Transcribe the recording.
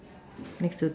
next to the